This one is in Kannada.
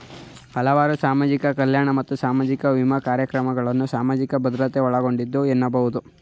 ಹಲವಾರು ಸಾಮಾಜಿಕ ಕಲ್ಯಾಣ ಮತ್ತು ಸಾಮಾಜಿಕ ವಿಮಾ ಕಾರ್ಯಕ್ರಮಗಳನ್ನ ಸಾಮಾಜಿಕ ಭದ್ರತೆ ಒಳಗೊಂಡಿದೆ ಎನ್ನಬಹುದು